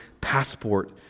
passport